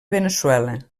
veneçuela